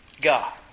God